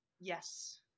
yes